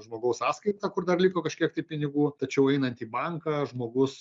žmogaus sąskaitą kur dar liko kažkiek tai pinigų tačiau einant į banką žmogus